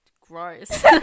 Gross